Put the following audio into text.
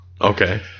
Okay